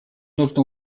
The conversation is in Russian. нужно